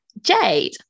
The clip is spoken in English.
Jade